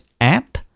app